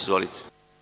Izvolite.